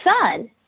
son